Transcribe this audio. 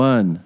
One